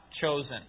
chosen